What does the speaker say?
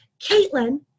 Caitlin